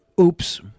Oops